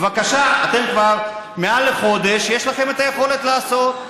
בבקשה, כבר מעל חודש יש לכם היכולת לעשות.